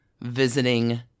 visiting